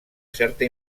certa